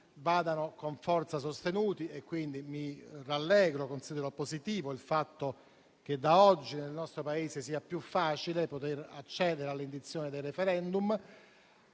vadano con forza sostenuti. Quindi, mi rallegro e considero positivo il fatto che da oggi, nel nostro Paese, sia più facile poter accedere all'indizione del *referendum*.